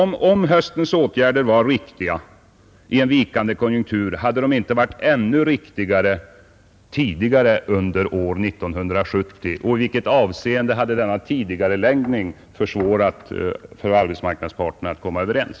Men om höstens åtgärder var riktiga i en vikande konjunktur, hade det då inte varit ännu riktigare att företa dem tidigare under år 1970? I vilket avseende hade en sådan tidigareläggning försvårat möjligheterna för arbetsmarknadens parter att nu komma överens?